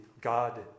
God